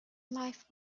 life